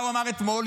מה הוא אמר אתמול?